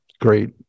great